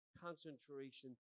concentration